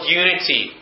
unity